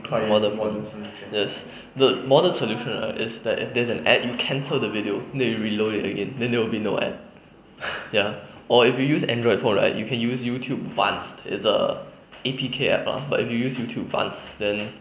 modern modern yes the modern solution right is that if there's an ad you cancel the video then you reload it again then there will be no ads ya or if you use android phone right you can use youtube vance is a A_P_K app ah but you use youtube vance then